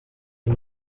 uyu